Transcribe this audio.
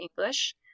English